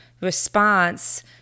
response